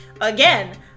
again